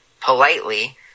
politely